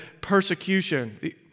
persecution